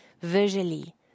visually